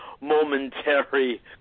momentary